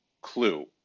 clue